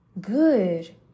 good